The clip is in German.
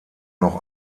noch